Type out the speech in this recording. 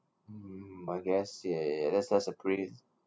mm I guess ya ya ya that's that's a pretty